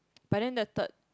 but then the third